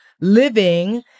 living